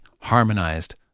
harmonized